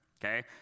okay